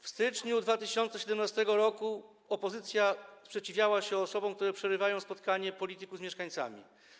W styczniu 2017 r. opozycja sprzeciwiała się osobom, które przerywają spotkania polityków z mieszkańcami.